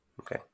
Okay